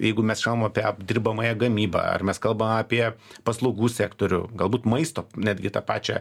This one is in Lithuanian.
jeigu mes kalbam apie apdirbamąją gamybą ar mes kalbam apie paslaugų sektorių galbūt maisto netgi tą pačią